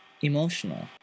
emotional